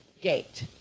gate